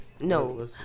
no